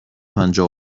پنجاه